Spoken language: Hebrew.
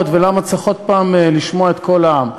ולמה צריך עוד הפעם לשמוע את קול העם.